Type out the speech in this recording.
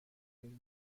این